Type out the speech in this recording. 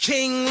King